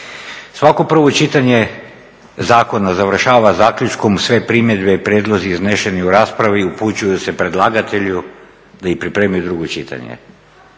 Svako prvo čitanje zakona završava zaključkom sve primjedbe i prijedlozi izneseni u raspravi upućuju se predlagatelju da ih pripremi za drugo čitanje.